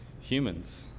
humans